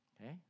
okay